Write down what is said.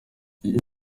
iyo